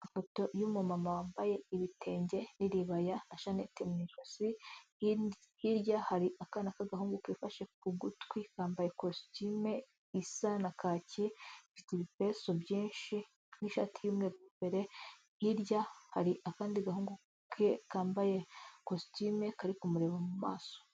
Amafoto y'umumama wambaye ibitenge n'iribaya na shananete mu josi, hirya hari akana k'agahungu kifashe ku gutwi, kambaye ikositimu isa na kaki ifite ibipesu byinshi nk'ishati y'umweru mo imbere, hirya hari akandi gahungu kambaye kositimu kari kumureba mu maso.